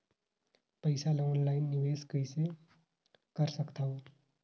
पईसा ल ऑनलाइन निवेश कइसे कर सकथव?